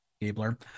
Gabler